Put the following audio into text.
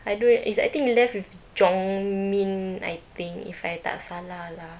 I don't is I think left with jong min I think if I tak salah lah